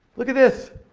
look at this,